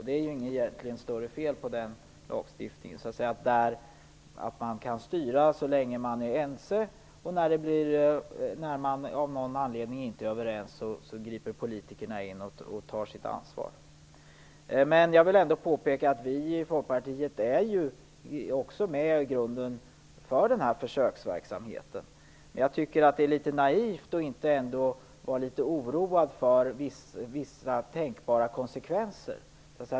Det är egentligen inget större fel på den lagstiftningen. Man kan styra så länge man är ense. När man av någon anledning inte är överens griper politikerna in och tar sitt ansvar. Vi i Folkpartiet är i grunden också för denna försöksverksamhet, men jag tycker att det är litet naivt att inte vara åtminstone litet oroad inför vissa tänkbara konsekvenser.